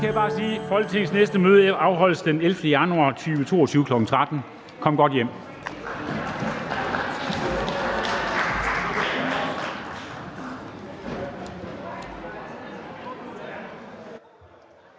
Folketingets næste møde afholdes tirsdag den 11. januar 2022, kl. 13.00. Kom godt hjem.